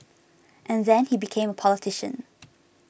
and then he became a politician